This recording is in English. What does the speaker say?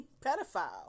Pedophile